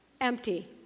empty